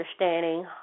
understanding